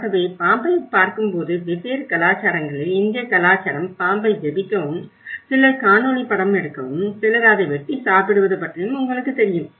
ஆகவே பாம்பைப் பார்க்கும்போது வெவ்வேறு கலாச்சாரங்களில் இந்திய கலாச்சாரம் பாம்பை ஜெபிக்கவும் சிலர் காணொளி படம் எடுக்கவும் சிலர் அதை வெட்டி சாப்பிடுவது பற்றியும் உங்களுக்குத் தெரியும்